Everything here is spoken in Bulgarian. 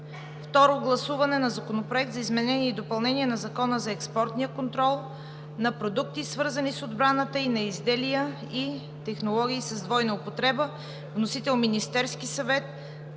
Второ гласуване на Законопроект за изменение и допълнение на Закона за експортния контрол на продукти, свързани с отбраната и на изделия и технологии с двойна употреба. Вносител е Министерският съвет